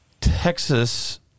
Texas